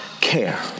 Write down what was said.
care